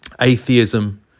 atheism